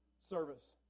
service